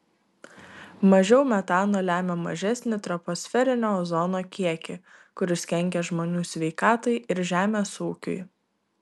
mažiau metano lemia mažesnį troposferinio ozono kiekį kuris kenkia žmonių sveikatai ir žemės ūkiui